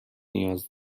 نیاز